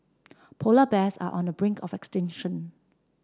polar bears are on the brink of extinction